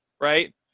right